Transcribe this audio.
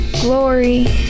glory